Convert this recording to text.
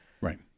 Right